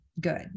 good